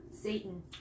Satan